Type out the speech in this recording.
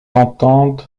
entende